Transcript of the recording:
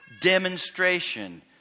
demonstration